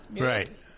Right